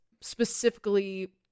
specifically